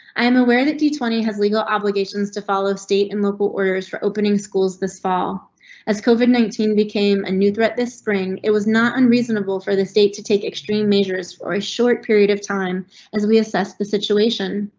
i am aware that do twenty has legal obligations to follow state and local orders for opening schools. this fall's covid nineteen became a new threat this spring. it was not unreasonable for the state to take extreme measures for a short period of time as we assess the situation.